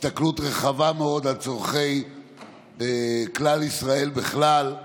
בהסתכלות רחבה מאוד על צורכי כלל ישראל, בכלל,